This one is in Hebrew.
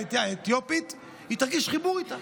העדה האתיופית היא תרגיש חיבור איתו.